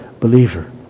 believer